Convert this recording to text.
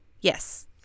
Yes